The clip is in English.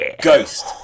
ghost